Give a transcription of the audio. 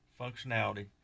functionality